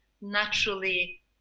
naturally